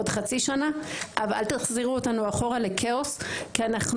חצי שנה אבל אל תחזירו אותנו אחור לכאוס כי אנו